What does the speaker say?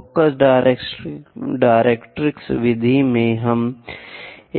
focus directrix विधि में हम